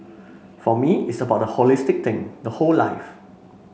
for me it's about the holistic thing the whole life